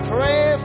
Pray